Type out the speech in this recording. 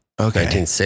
Okay